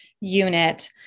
unit